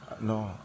No